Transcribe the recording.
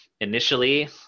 initially